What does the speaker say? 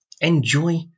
enjoy